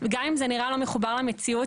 גם אם זה נראה לא מחובר למציאות.